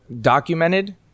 Documented